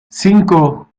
cinco